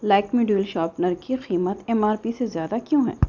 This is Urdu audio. لائک مے ڈوئل شارپنرکی قیمت ایم آر پی سے زیادہ کیوں ہے